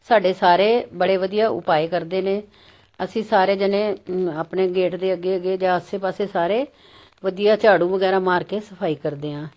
ਸਾਡੇ ਸਾਰੇ ਬੜੇ ਵਧੀਆ ਉਪਾਏ ਕਰਦੇ ਨੇ ਅਸੀਂ ਸਾਰੇ ਜਣੇ ਆਪਣੇ ਗੇਟ ਦੇ ਅੱਗੇ ਅੱਗੇ ਜਾਂ ਆਸੇ ਪਾਸੇ ਸਾਰੇ ਵਧੀਆ ਝਾੜੂ ਵਗੈਰਾ ਮਾਰ ਕੇ ਸਫ਼ਾਈ ਕਰਦੇ ਹਾਂ